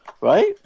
right